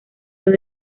los